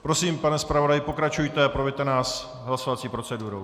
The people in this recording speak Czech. Prosím, pane zpravodaji, pokračujte a proveďte nás hlasovací procedurou.